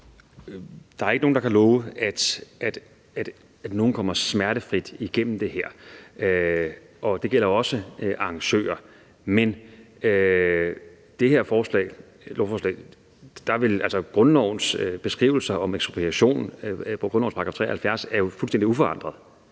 Der er ikke nogen, der kan love, at nogen kommer smertefrit igennem det her, og det gælder også arrangører, men hvad angår det her lovforslag, er beskrivelserne om ekspropriation i grundlovens § 73 jo fuldstændig uforandrede,